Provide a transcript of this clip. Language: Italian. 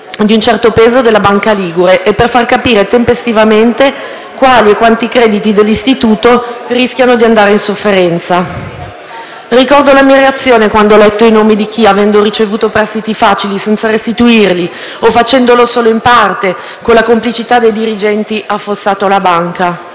di un certo peso della banca ligure e per far capire tempestivamente quali e quanti crediti dell'istituto rischiano di andare in sofferenza. Ricordo la mia reazione quando ho letto i nomi di chi, avendo ricevuto prestiti facili senza restituirli o facendolo solo in parte, con la complicità dei dirigenti, ha affossato la banca.